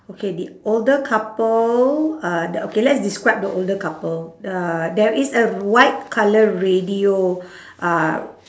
okay the older couple uh the okay let's describe the older couple uh there is a white colour radio uh